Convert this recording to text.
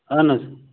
اہن حظ